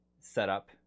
setup